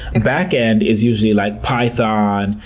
and back end is usually like python,